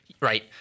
right